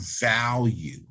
value